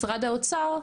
משרד האוצר,